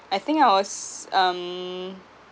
I think I was um